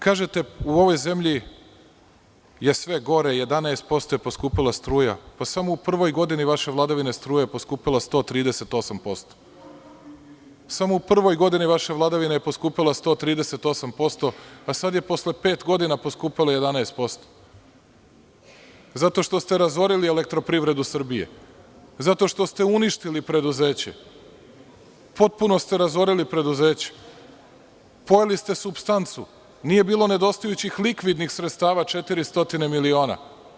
Kažete, u ovoj zemlji je sve gore, 11 posto je poskupela struja, a samo u prvoj godini vaše vladavine, struja je poskupela 138 posto, samo u prvoj godini vaše vladavine je poskupela 138 posto, a sada je posle pet godina je poskupela 11 posto, zato što ste razorili EPS, jer ste uništili preduzeća, razorili ih, pojeli ste supstancu, nije bilo nedostajućih likvidnih sredstava 400 miliona.